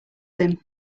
him